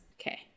Okay